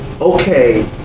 okay